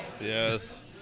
Yes